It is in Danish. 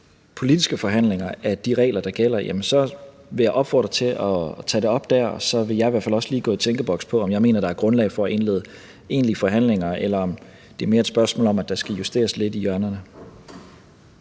politiske forhandlinger af de regler, der gælder, så vil jeg opfordre til at tage det op der. Så vil jeg i hvert fald også lige gå i tænkeboks, med hensyn til om jeg mener, at der er grundlag for at indlede egentlige forhandlinger, eller om det mere er et spørgsmål om, at der skal justeres lidt i hjørnerne.